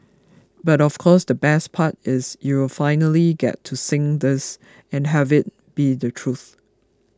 but of course the best part is you'll finally get to sing this and have it be the truth